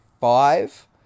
five